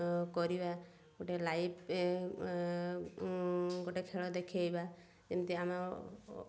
କରିବା ଗୋଟେ ଲାଇଫ୍ ଗୋଟେ ଖେଳ ଦେଖାଇବା ଯେମିତି ଆମ